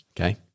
Okay